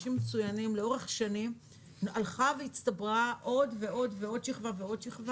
שלאורך השנים הלכה והצטברה עוד ועוד ועוד שכבה ועוד שכבה